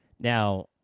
Now